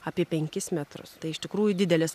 apie penkis metrus tai iš tikrųjų didelis